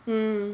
mm